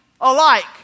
alike